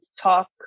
talk